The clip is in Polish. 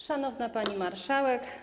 Szanowna Pani Marszałek!